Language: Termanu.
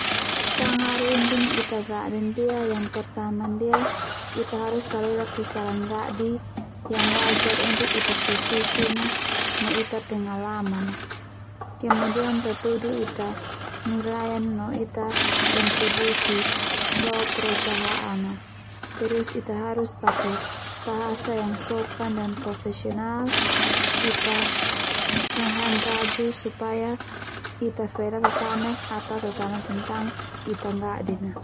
Sanga runding Ita ga'din ndia yang pertama ndia Ita harus talelak kisaran ga'di yang wajar untuk Ita posisi no Ita pengalaman na, kemudian tatudu Ita nilain no Ita kontribusi lo perusahaan a terus Ita harus pake bahasa yang sopan dan profesional Ita yang haen ragu supaya Ita fe natatanek atau tatane tentang Ita ga'di a.